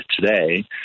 today